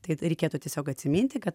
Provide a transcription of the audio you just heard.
tai reikėtų tiesiog atsiminti kad